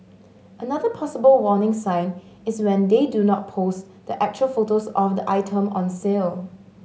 another possible warning sign is when they do not post the actual photos of the item on sale